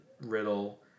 Riddle